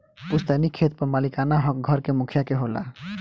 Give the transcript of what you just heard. पुस्तैनी खेत पर मालिकाना हक घर के मुखिया के होला